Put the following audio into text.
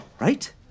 Right